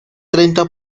treinta